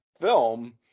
film